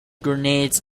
grenades